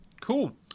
Cool